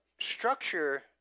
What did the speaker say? structure